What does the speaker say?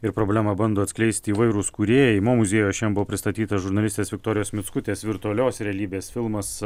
ir problemą bando atskleisti įvairūs kūrėjai mo muziejuj šiandien buvo pristatyta žurnalistės viktorijos mickutės virtualios realybės filmas